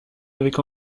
avec